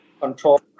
control